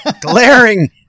glaring